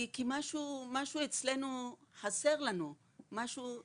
כי משהו אצלנו חסר לנו, משהו שהוא